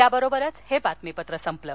या बरोबरच हे बातमीपत्र संपलं